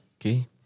okay